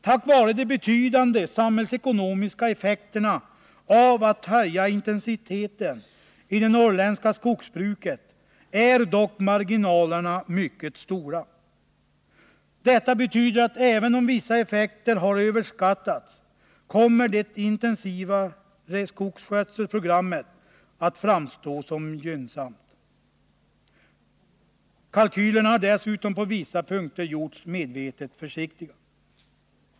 På grund av de betydande samhällsekonomiska effekterna av att höja intensiteten i det norrländska skogsbruket är dock marginalerna mycket stora. Detta betyder att även om vissa effekter har överskattats, kommer det intensivare skogsskötselprogrammet att framstå som gynnsamt. Kalkylerna har dessutom på vissa punkter gjorts medvetet försiktiga.